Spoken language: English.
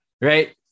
right